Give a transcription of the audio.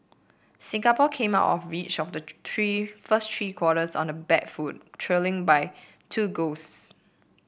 Singapore came out of each of the first three quarters on the back foot trailing by two goals